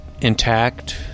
intact